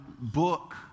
book